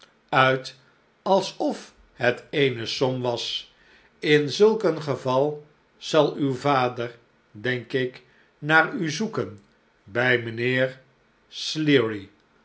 uit alsof het eene som was in zulk een geval zal uw vader denk ik naar u zoeken bij mijnheer sleary